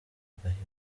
agahigo